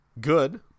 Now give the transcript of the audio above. good